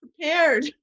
prepared